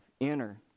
enter